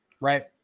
Right